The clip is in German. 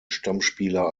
stammspieler